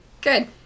Good